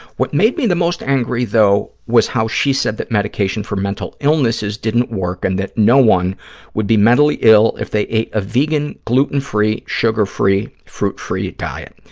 what made me the most angry, though, was how she said that medication for mental illnesses didn't work and that no one would be mentally ill if they ate a vegan, gluten-free, sugar-free, fruit-free diet.